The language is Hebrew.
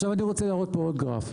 עכשיו אני רוצה להראות פה עוד גרף.